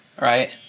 Right